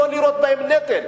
ולא לראות בהם נטל.